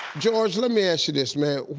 george, let me ask you this, man.